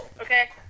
okay